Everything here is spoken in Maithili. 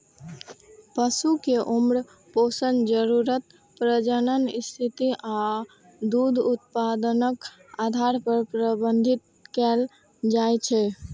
पशु कें उम्र, पोषण जरूरत, प्रजनन स्थिति आ दूध उत्पादनक आधार पर प्रबंधित कैल जाइ छै